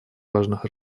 важных